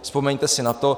Vzpomeňte si na to.